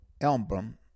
album